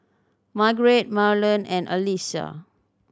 Margeret Marlon and Allyssa